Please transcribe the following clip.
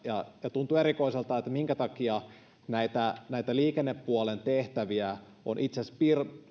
tuntuu erikoiselta minkä takia näitä näitä liikennepuolen tehtäviä on itse asiassa